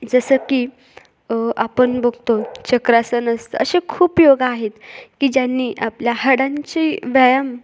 जसं की आपण बघतो चक्रासन असतं असे खूप योगा आहेत की ज्यांनी आपल्या हाडांचा व्यायाम